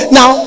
Now